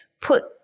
put